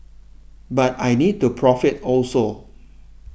but I need to profit also